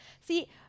See